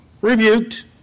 rebuked